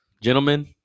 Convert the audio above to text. gentlemen